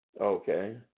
Okay